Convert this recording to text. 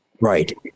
Right